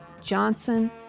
Johnson